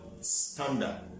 standard